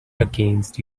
against